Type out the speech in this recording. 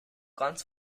ganz